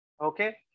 Okay